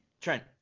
Trent